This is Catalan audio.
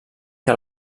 que